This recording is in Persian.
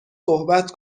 صحبت